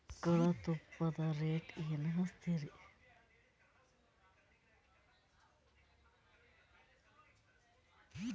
ಆಕಳ ತುಪ್ಪದ ರೇಟ್ ಏನ ಹಚ್ಚತೀರಿ?